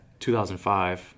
2005